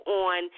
on